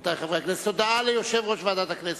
הודעה ליושב-ראש ועדת הכנסת.